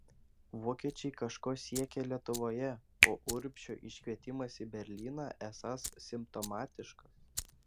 vokiečiai kažko siekią lietuvoje o urbšio iškvietimas į berlyną esąs simptomatiškas